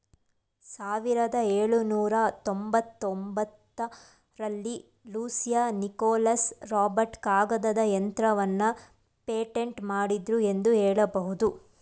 ಸಾವಿರದ ಎಳುನೂರ ತೊಂಬತ್ತಒಂಬತ್ತ ರಲ್ಲಿ ಲೂಸಿಯಾ ನಿಕೋಲಸ್ ರಾಬರ್ಟ್ ಕಾಗದದ ಯಂತ್ರವನ್ನ ಪೇಟೆಂಟ್ ಮಾಡಿದ್ರು ಎಂದು ಹೇಳಬಹುದು